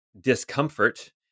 discomfort